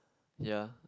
ya